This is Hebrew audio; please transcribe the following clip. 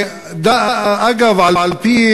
אגב, על-פי